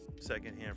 secondhand